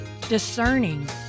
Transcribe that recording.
discerning